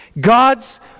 God's